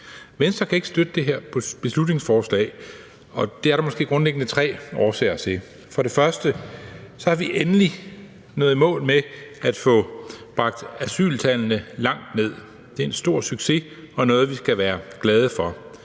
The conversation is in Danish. Venstre kan ikke støtte det her beslutningsforslag, og det er der måske grundlæggende tre årsager til. For det første er vi endelig nået i mål med at få bragt asyltallene langt ned. Det er en stor succes og noget, vi skal være glade for.